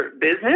business